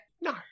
No